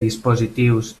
dispositius